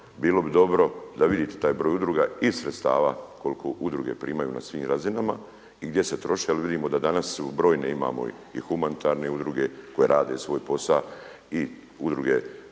bilo bi dobro da vidite taj broj udruga i sredstava koliko udruge primaju na svim razinama i gdje se troše jel vidimo da danas su brojne, imamo i humanitarne udruge koje rade svoj posa i udruge